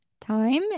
time